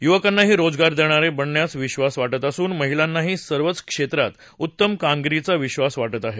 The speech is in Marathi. युवकांनाही रोजगार देणारे बनण्याचा विधास वाटत असून महिलांनाही सर्वच क्षेत्रात उत्तम कामगिरीचा विक्षास वाटत आहे